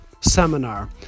seminar